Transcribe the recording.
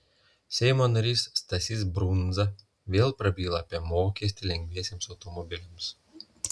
seimo narys stasys brundza vėl prabyla apie mokestį lengviesiems automobiliams